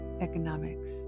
economics